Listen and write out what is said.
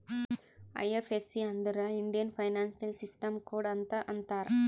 IFSC ಅಂದುರ್ Indian financial system code ಅಂತ್ ಅಂತಾರ್